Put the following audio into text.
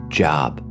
job